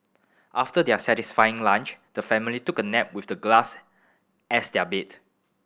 after their satisfying lunch the family took a nap with the glass as their bed